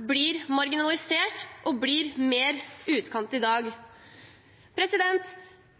blir marginalisert og blir mer utkant enn i dag.